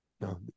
no